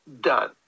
Done